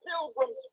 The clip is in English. pilgrims